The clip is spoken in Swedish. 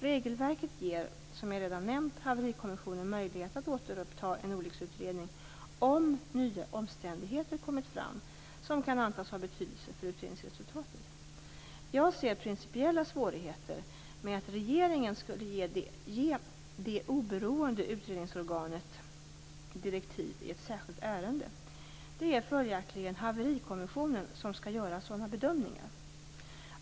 Regelverket ger, som jag redan nämnt, Haverikommissionen möjlighet att återuppta en olycksutredning om nya omständigheter kommit fram som kan antas ha betydelse för utredningsresultatet. Jag ser principiella svårigheter med att regeringen skulle ge det oberoende utredningsorganet direktiv i ett särskilt ärende. Det är följaktligen Haverikommissionen som skall göra sådana bedömningar.